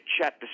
Chet